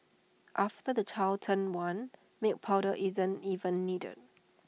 after the child turns one milk powder isn't even needed